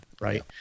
right